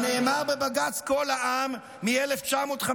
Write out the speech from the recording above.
נאמר בבג"ץ קול העם מ-1953: